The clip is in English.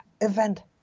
event